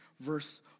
verse